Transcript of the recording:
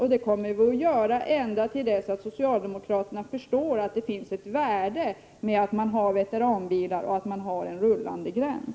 Jag kommer att göra det ända tills socialdemokraterna förstår att det finns ett värde med att ha veteranbilar och en rullande gräns.